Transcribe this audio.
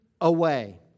away